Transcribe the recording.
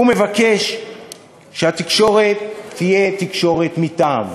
הוא מבקש שהתקשורת תהיה תקשורת מטעם,